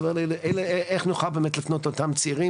אלא איך נוכל באמת לפנות לאותם צעירים